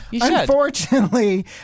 Unfortunately